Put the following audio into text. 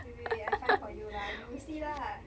wait wait wait I find for you lah you see lah